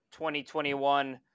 2021